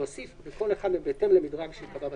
נוסיף "בהתאם למדרג שייקבע בתקנות"